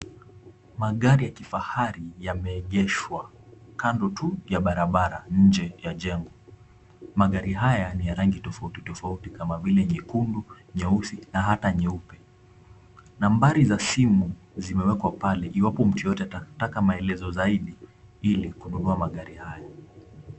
Magari ya kifahari yameegeshwa kando tu ya barabara nje ya jengo. Magari haya ni ya rangi tofauti tofauti kama vile nyekundu, nyeusi na hata nyeupe. Nambari za simu zimewekwa pale iwapo mtu yeyote atataka maelezo zaidi ili kununua magari haya.